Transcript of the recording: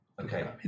Okay